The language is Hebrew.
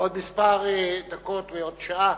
בעוד כמה דקות, בעוד שעה,